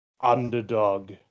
underdog